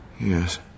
Yes